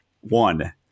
One